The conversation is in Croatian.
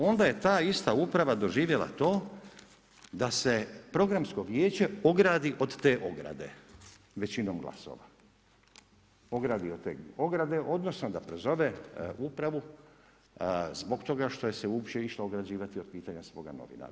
Onda je ta ista uprava doživjela to da se Programsko vijeće ogradi od te ograde, većinom glasova, ogradi od te ograde, odnosno da prozove upravu zbog toga što se uopće išlo ograđivati od pitanja svoga novinara.